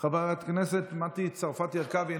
חברת הכנסת מטי צרפתי הרכבי,